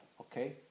okay